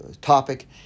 topic